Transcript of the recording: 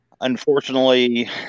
Unfortunately